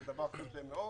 זה דבר קשה מאוד